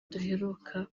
duheruka